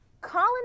Colin